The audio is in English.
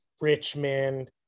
Richmond